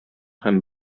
һәм